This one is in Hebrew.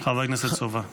--- חבר הכנסת סובה.